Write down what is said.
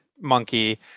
monkey